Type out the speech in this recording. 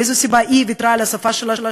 מאיזו סיבה היא ויתרה על השפה שלה,